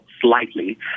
slightly